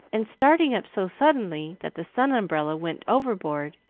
and, starting up so suddenly that the sun-umbrella went overboard,